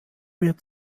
wird